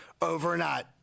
overnight